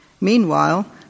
Meanwhile